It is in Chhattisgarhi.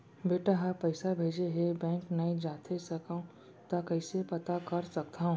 बेटा ह पइसा भेजे हे बैंक नई जाथे सकंव त कइसे पता कर सकथव?